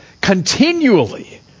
continually